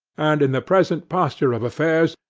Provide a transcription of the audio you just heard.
and, in the present posture of affairs,